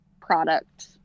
product